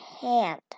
hand